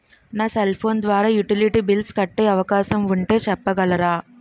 నా cell phone ద్వారా utility bills కట్టే అవకాశం ఉంటే చెప్పగలరా?